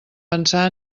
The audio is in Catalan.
pensar